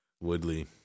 Woodley